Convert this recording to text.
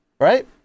right